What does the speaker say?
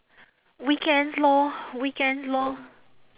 weekends lor weekends lor